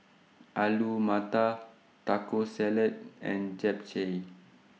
Alu Matar Taco Salad and Japchae